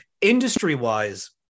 industry-wise